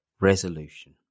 resolution